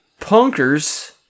Punkers